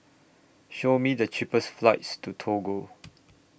Show Me The cheapest flights to Togo